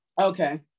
Okay